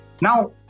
Now